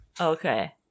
Okay